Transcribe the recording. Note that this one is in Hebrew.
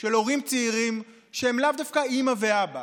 של הורים צעירים שהם לאו דווקא אימא ואבא.